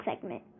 segment